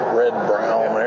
red-brown